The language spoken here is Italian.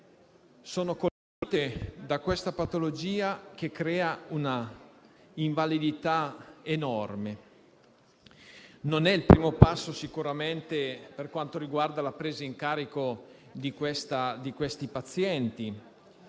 sono colpite da questa patologia che crea un'invalidità enorme. Non è sicuramente il primo passo per quanto riguarda la presa in carico di questi pazienti.